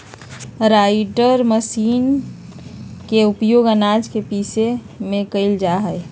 grinder machine के उपयोग आनाज के पीसे में कइल जाहई